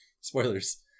Spoilers